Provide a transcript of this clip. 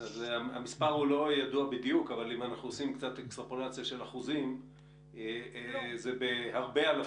המספר לא ידוע בדיוק אבל באחוזים מדובר בהרבה אלפים,